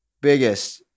Biggest